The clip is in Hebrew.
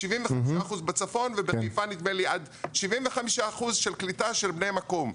75% בצפון ובחיפה נדמה לי עד 75% של קליטה של בני מקום.